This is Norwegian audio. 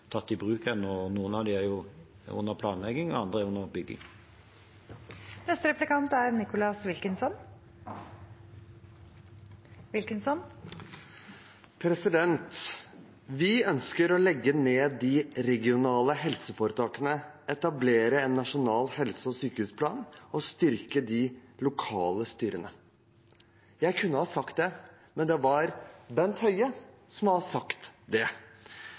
under planlegging, og andre er under bygging. «Vi ønsker å legge ned de regionale helseforetakene, etablere en nasjonal helse- og sykehusplan og styrke de lokale styrene.» Jeg kunne ha sagt det, men det er Bent Høie som har sagt det.